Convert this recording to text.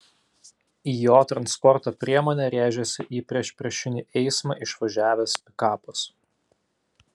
į jo transporto priemonę rėžėsi į priešpriešinį eismą išvažiavęs pikapas